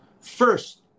first